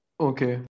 Okay